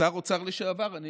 כשר אוצר לשעבר אני